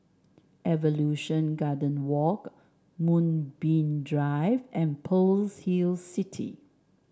Evolution Garden Walk Moonbeam Drive and Pearl's Hill City